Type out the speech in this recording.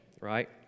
Right